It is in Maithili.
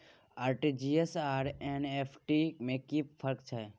आर.टी.जी एस आर एन.ई.एफ.टी में कि फर्क छै?